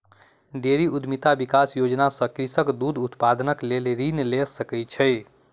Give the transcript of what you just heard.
dairy उद्यमिता विकास योजना सॅ कृषक दूध उत्पादनक लेल ऋण लय सकै छै